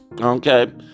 Okay